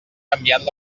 canviant